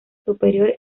superior